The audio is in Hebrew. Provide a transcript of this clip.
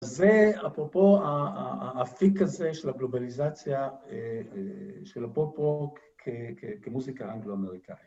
זה, אפרופו, האפיק הזה של הגלובליזציה של הפופ-רוק כמוזיקה אנגלו-אמריקאית.